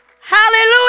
Hallelujah